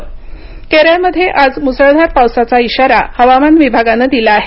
केरळ इशारा केरळमध्ये आज मुसळधार पावसाचा इशारा हवामान विभागान दिला आहे